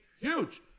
huge